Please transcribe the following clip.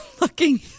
looking